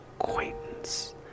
acquaintance